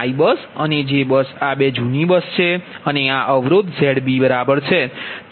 i bus અને j bus આ 2 જૂની બસ છે અને આ અવરોધ Zb બરાબર છે